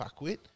fuckwit